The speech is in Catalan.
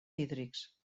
hídrics